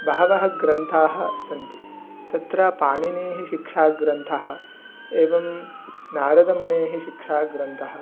बहवः ग्रन्थाः सन्ति तत्र पाणिनेः शिक्षा ग्रन्थः एवं नारदमुनेः शिक्षा ग्रन्थः